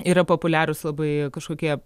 yra populiarūs labai kažkokie